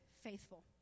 faithful